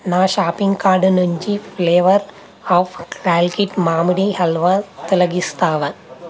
నా షాపింగ్ కాడ నుండి ఫ్లేవర్ ఆఫ్ ప్యాల్కిట్ మామిడి హల్వా తొలగిస్తావా